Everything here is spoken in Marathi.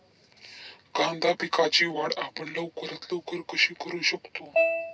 कांदा पिकाची वाढ आपण लवकरात लवकर कशी करू शकतो?